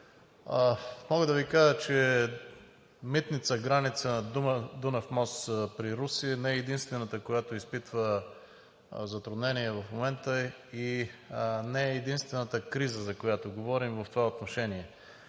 Мога да Ви кажа, че митница-граница на Дунав мост при Русе не е единствената, която изпитва затруднения в момента и не е единствената криза, за която говорим в това отношение.